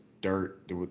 dirt